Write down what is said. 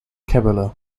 kabbalah